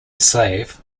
slave